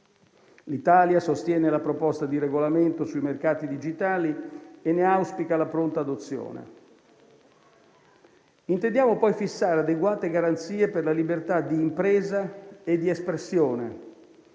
L'Italia sostiene la proposta di regolamento sui mercati digitali e ne auspica la pronta adozione. Intendiamo poi fissare adeguate garanzie per la libertà di impresa e di espressione.